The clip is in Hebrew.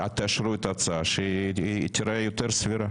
תאשרו את ההצעה אז שהיא תיראה יותר סבירה.